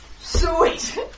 Sweet